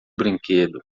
brinquedo